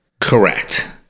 correct